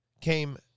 came